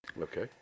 Okay